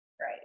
right